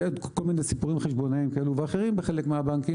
ועוד כל מיני סיפורים חשבונאיים כאלו ואחרים בחלק מהבנקים